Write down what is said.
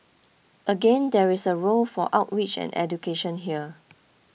again there is a role for outreach and education here